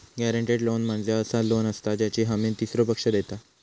guaranteed loan म्हणजे असा loan असता ज्याची हमी तीसरो पक्ष देता